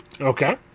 Okay